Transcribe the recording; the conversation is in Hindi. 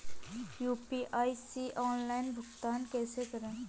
यू.पी.आई से ऑनलाइन भुगतान कैसे करें?